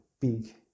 big